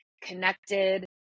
connected